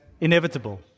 inevitable